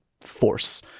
force